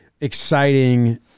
exciting